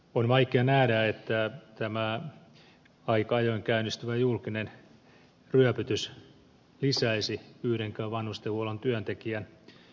on vaikeaa nähdä että tämä aika ajoin käynnistyvä julkinen ryöpytys lisäisi yhdenkään vanhustenhuollon työntekijän työhyvinvointia